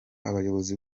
abayobozi